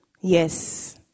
yes